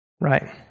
right